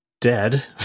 dead